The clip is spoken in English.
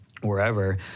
wherever